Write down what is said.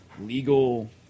legal